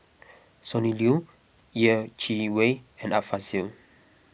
Sonny Liew Yeh Chi Wei and Art Fazil